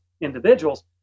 individuals